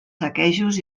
saquejos